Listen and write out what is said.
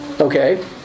Okay